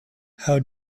how